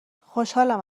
خوشحالم